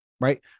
right